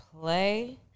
play